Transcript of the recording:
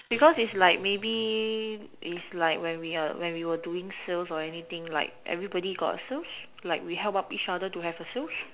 because it's like maybe it's like when we are we were doing sales or anything like everyone have sales like we help out each other to have sales